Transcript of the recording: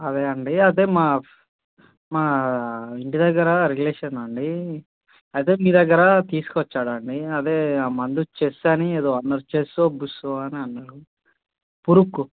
అదే అండి అదే మా మా ఇంటి దగ్గర రిలేషన్ అండి అయితే మీ దగ్గర తీసుకు వచ్చాడండి అదే ఆ మందు చెస్స్ అని ఏదో అన్నారు చెస్ బుస్సో అని అన్నరు పురుగ్కు